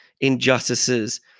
injustices